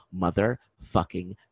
motherfucking